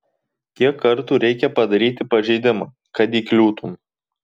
kiek kartų reikia padaryti pažeidimą kad įkliūtum